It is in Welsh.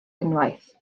unwaith